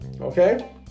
Okay